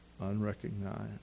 Unrecognized